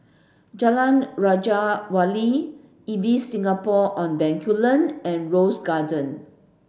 Jalan Raja Wali Ibis Singapore on Bencoolen and Rose Lane